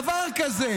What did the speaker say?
אין דבר כזה.